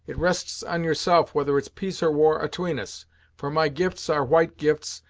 it rests on yourself whether it's peace or war atween us for my gifts are white gifts,